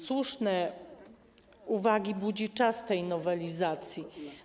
Słuszne uwagi budzi czas tej nowelizacji.